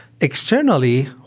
externally